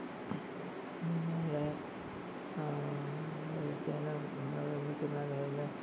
നമ്മള്